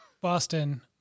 Boston